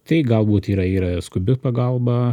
tai galbūt yra yra skubi pagalba